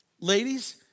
Ladies